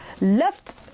left